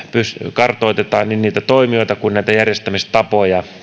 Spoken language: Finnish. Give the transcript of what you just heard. kartoitetaan niin toimijoita kuin järjestämistapoja